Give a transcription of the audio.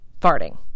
farting